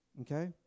Okay